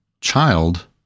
child